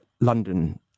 London